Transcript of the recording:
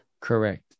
Correct